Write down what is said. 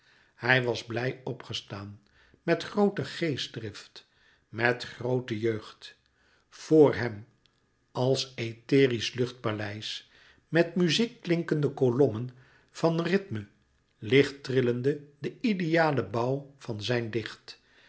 hij was blij opgestaan met groote geestdrift met groote jeugd vor hem als etherisch luchtpaleis met muziekklinkende kolommen van rythme lichttrilde de ideale bouw van zijn dicht